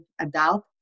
adult